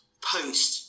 post